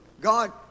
God